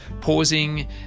pausing